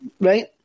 right